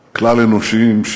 כלל-אנושיים,